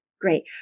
Great